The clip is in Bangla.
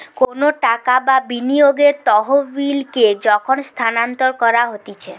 কোনো টাকা বা বিনিয়োগের তহবিলকে যখন স্থানান্তর করা হতিছে